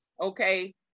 okay